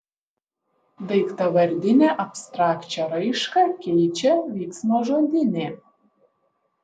daiktavardinę abstrakčią raišką keičia veiksmažodinė